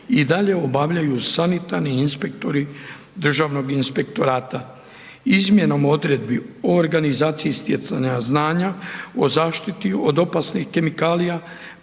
i dalje obavljaju sanitarni inspektori državnog inspektorata. Izmjenom odredbi o organizaciji stjecanja znanja, o zaštiti od opasnih kemikalija,